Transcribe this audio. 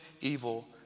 evil